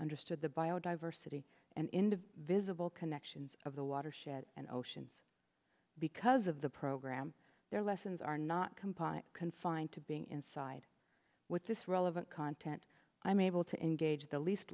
understood the biodiversity and in the visible connections of the watershed and oceans because of the program their lessons are not compliant confined to being inside with this relevant content i'm able to engage the least